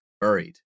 buried